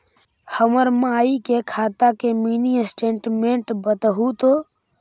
हमर माई के खाता के मीनी स्टेटमेंट बतहु तो?